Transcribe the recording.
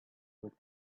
with